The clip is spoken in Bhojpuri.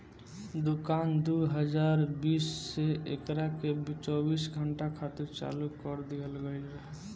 दुकान दू हज़ार बीस से एकरा के चौबीस घंटा खातिर चालू कर दीहल गईल रहे